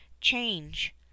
Change